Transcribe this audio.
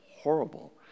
horrible